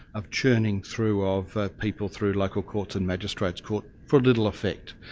of churning through of people through local courts and magistrate's court, for little effect.